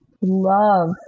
love